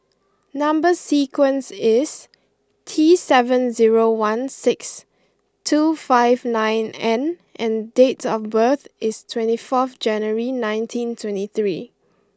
number sequence is T seven zero one six two five nine N and date of birth is twenty four January nineteen twenty three